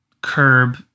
curb